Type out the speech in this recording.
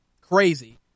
crazy